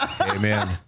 Amen